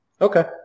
Okay